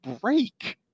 break